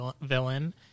villain